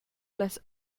las